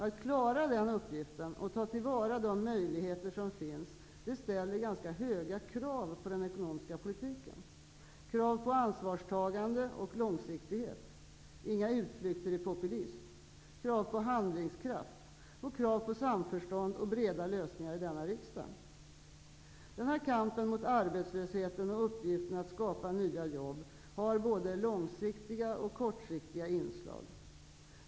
Att klara den uppgiften och ta till vara de möjligheter som finns ställer ganska höga krav på den ekonomiska politiken -- krav på ansvarstagande och långsiktighet -- inga utflykter i populism -- krav på handlingskraft och krav på samförstånd och breda lösningar i denna riksdag. Denna kamp mot arbetslösheten och uppgiften att skapa nya jobb har både långsiktiga och kortsiktiga inslag.